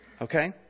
Okay